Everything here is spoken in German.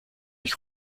ich